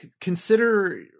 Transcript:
consider